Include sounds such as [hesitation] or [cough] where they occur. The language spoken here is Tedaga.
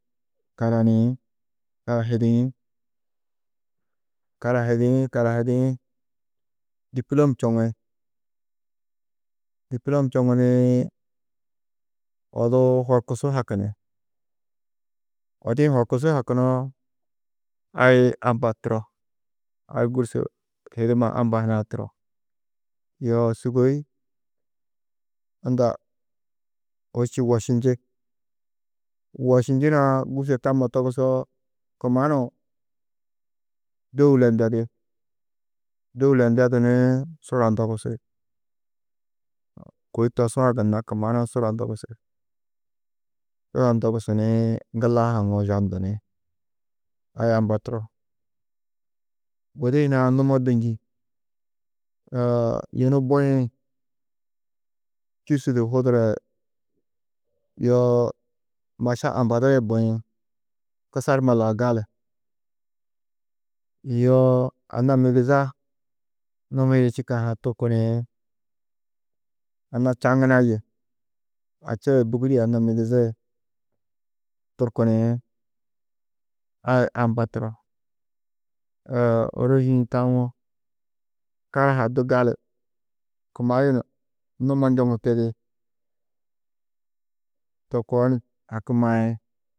Karaniĩ, karahidiĩ, karahidiĩ, karahidiĩ, dîpulom čoŋi, dîpulom čoŋu ni odu horkusu hakini, odi-ĩ horkusu hakunoo, ai amba turo, ai gûrso hiduma amba hunã turo. Yo sûgoi unda hôsči wošinji, wošinjunã gûrso tammo togusoo, kumanuʊ dôula ndedi, dôula ndedu ni sura ndogusi, kôi tosu-ã gunna kumanuũ sura ndogusi, sura ndogusu ni ŋgullaha haŋuũ zabndini, ai amba turio. Gudi hunã numo du njîĩ [hesitation] yunu buĩ, čûsu du hudura yê yoo maša ambado yê buĩ, kusar numa lau gali, yoo anna migiza numi-ĩ du čîkã ha turkuniĩ, anna čaŋuna yê ača yê bûgude yê anna migiza yê turkuniĩ, ai amba turo. [hesitation] ôrozi-ĩ tawo karaha du gali kumayunu numo njoŋu tedi, to koo ni haki maĩ.